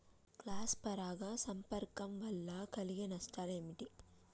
Cross పరాగ సంపర్కం వల్ల కలిగే నష్టాలు ఏమిటి?